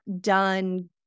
done